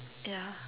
yeah